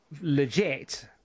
legit